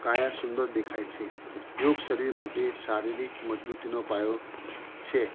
કાયા સુંદર દેખાય છે યોગ શરીર માટે શારીરિક મજબૂતીનો પાયો છે